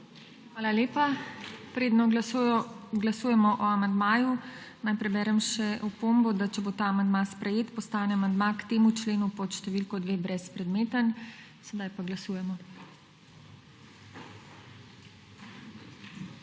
Hvala lepa. Preden glasujemo o amandmaju, naj preberem še opombo, da če bo ta amandma sprejet, postane amandma k temu členu pod številko dve brezpredmeten. Sedaj pa glasujemo.